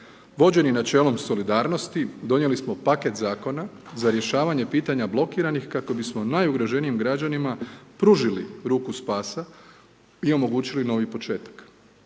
Vođeni načelom solidarnosti donijeli smo paket zakona za rješavanje pitanja blokiranih kako bismo najugroženijim građanima pružili ruku spasa i omogućili novi početak.